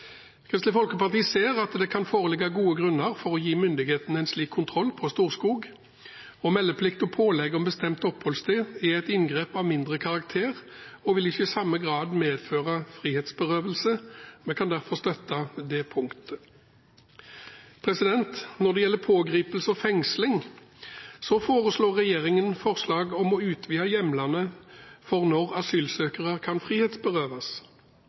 Kristelig Folkeparti ser at det kan foreligge gode grunner for å gi myndighetene en slik kontroll på Storskog, og meldeplikt og pålegg om bestemt oppholdssted er et inngrep av mindre karakter og vil ikke i samme grad medføre frihetsberøvelse. Vi kan derfor støtte det punktet. Når det gjelder pågripelse og fengsling, foreslår regjeringen å utvide hjemlene for når asylsøkere kan frihetsberøves.